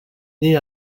née